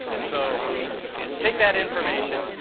so take that information.